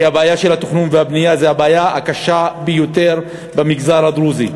כי הבעיה של התכנון והבנייה זו הבעיה הקשה ביותר במגזר הדרוזי.